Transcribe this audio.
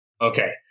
Okay